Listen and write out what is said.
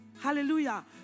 Hallelujah